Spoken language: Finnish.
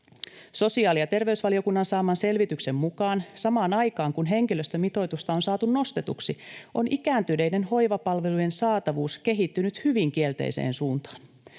Sosiaali- ja terveysvaliokunnan saaman selvityksen mukaan samaan aikaan kun henkilöstömitoitusta on saatu nostetuksi, on ikääntyneiden hoivapalvelujen saatavuus kehittynyt hyvin kielteiseen suuntaan.